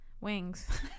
Wings